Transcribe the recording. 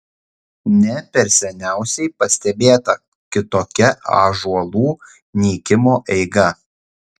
ne per seniausiai pastebėta kitokia ąžuolų nykimo eiga